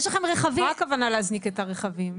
מה הכוונה להזניק את הרכבים?